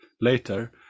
later